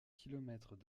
kilomètres